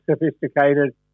sophisticated